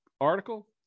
article